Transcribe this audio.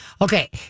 Okay